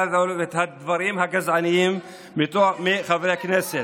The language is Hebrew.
הזאת ואת הדברים הגזעניים מחברי הכנסת.